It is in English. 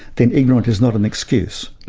then ignorance is not an excuse.